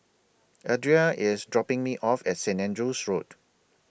Adria IS dropping Me off At St Andrew's Road